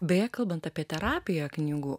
beje kalbant apie terapiją knygų